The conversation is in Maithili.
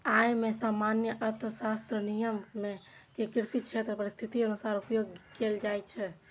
अय मे सामान्य अर्थशास्त्रक नियम कें कृषि क्षेत्रक परिस्थितिक अनुसार उपयोग कैल जाइ छै